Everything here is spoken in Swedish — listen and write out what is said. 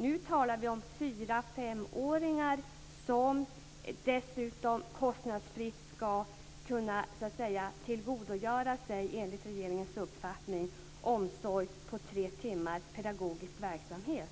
Nu talar vi om fyra och femåringar som, dessutom kostnadsfritt, enligt regeringens uppfattning ska kunna tillgodogöra sig tre timmar pedagogisk verksamhet.